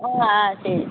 ம் ஆ சரி